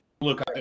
look